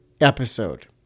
episode